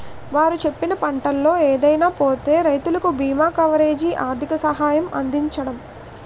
వారు చెప్పిన పంటల్లో ఏదైనా పోతే రైతులకు బీమా కవరేజీ, ఆర్థిక సహాయం అందించడం